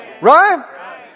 Right